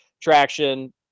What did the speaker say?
traction